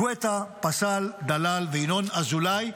גואטה, פסל, ודלל, וינון אזולאי.